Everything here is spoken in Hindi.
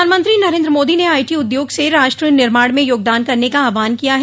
प्रधानमंत्री नरेन्द्र मोदी ने आईटी उद्योग से राष्ट्र निर्माण में योगदान करने का आह्वान किया है